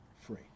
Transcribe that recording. free